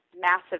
massive